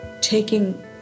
taking